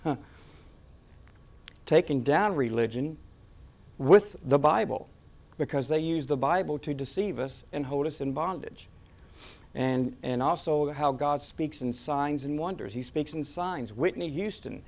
us taking down religion with the bible because they use the bible to deceive us and hold us in bondage and also how god speaks and signs and wonders he speaks and signs whitney houston